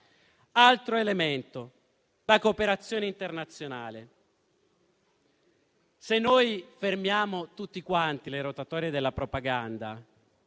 Altro elemento: la cooperazione internazionale. Se noi fermiamo, tutti quanti, le rotatorie della propaganda